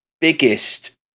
biggest